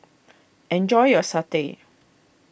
enjoy your Satay